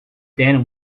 then